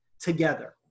together